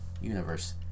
universe